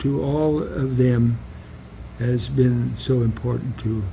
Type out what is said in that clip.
to all of them has been so important to